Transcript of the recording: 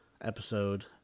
episode